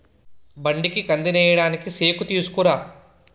బండికి కందినేయడానికి సేకుతీసుకురా